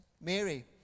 Mary